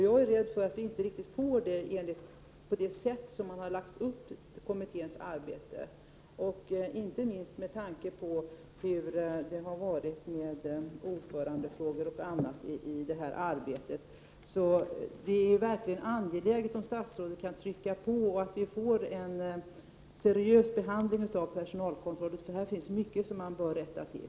Jag är rädd för att vi inte får en sådan till stånd enligt det sätt på vilket kommitténs arbete har lagts upp. Detta gäller inte minst med tanke på ordförandefrågor och annat i detta arbete. Det är verkligen angeläget att statsrådet trycker på, så att vi får en seriös behandling av personalkontrollen. Det finns nämligen mycket som vi behöver rätta till.